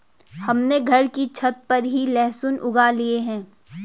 हमने घर की छत पर ही लहसुन उगा लिए हैं